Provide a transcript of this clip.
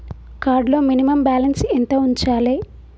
Card లో minimum balance ఎంత ఉంచాలే?